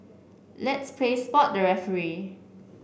let's play spot the referee